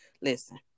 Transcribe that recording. listen